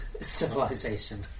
civilization